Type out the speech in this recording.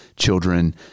children